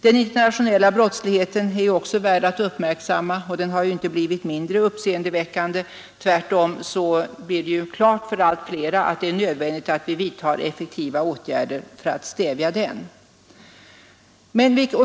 Den internationella brottsligheten är också värd att uppmärksamma, och den har inte blivit mindre uppseendeväckande. Tvärtom blir det klart för allt flera att det är nödvändigt att vidta effektiva åtgärder för att stävja den.